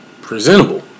presentable